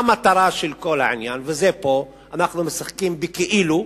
המטרה של כל העניין, וזה פה, אנחנו משחקים בכאילו.